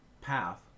path